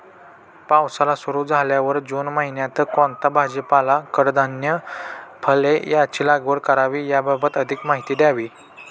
पावसाळा सुरु झाल्यावर जून महिन्यात कोणता भाजीपाला, कडधान्य, फळे यांची लागवड करावी याबाबत अधिक माहिती द्यावी?